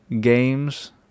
games